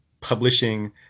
publishing